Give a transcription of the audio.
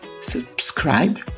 subscribe